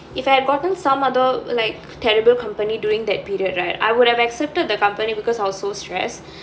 if I had gotten some other like terrible company during that period right I would have accepted the company because I was so stressed